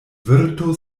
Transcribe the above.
virto